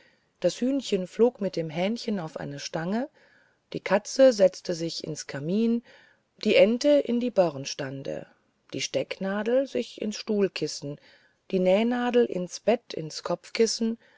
das hühnchen flog mit dem hähnchen auf eine stange die katze setzte sich ins kamin die ente in die bornstande die stecknadel sich ins stuhlkissen die nähnadel ins bett ins kopfkissen